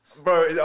Bro